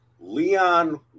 Leon